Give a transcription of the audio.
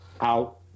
out